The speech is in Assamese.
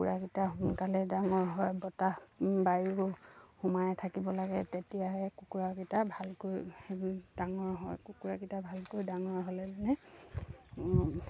কুকুৰাকেইটা সোনকালে ডাঙৰ হয় বতাহ বায়ু সোমাই থাকিব লাগে তেতিয়াহে কুকুৰাকেইটা ভালকৈ ডাঙৰ হয় কুকুৰাকেইটা ভালকৈ ডাঙৰ হ'লে মানে